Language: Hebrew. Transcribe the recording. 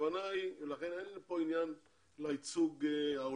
לכן אין פה עניין של הייצוג ההולם.